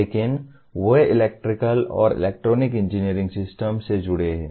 लेकिन वे इलेक्ट्रिकल और इलेक्ट्रॉनिक इंजीनियरिंग सिस्टम से जुड़े हैं